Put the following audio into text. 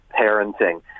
parenting